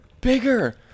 bigger